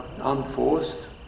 unforced